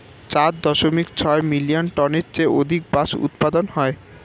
চার দশমিক ছয় মিলিয়ন টনের চেয়ে অধিক বাঁশ উৎপাদন হয়